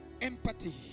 empathy